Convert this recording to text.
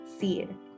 Seed